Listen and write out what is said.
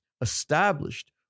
established